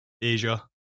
Asia